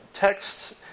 texts